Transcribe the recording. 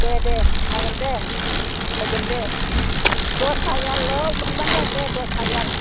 दे दे जागोन दे होगोन दे दस हाजारल' मोनबानो जागोन दे दस हाजार